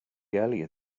earlier